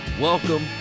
Welcome